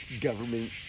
government